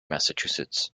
massachusetts